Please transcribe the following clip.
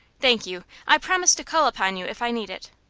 thank you, i promise to call upon you if i need it.